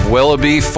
Willoughby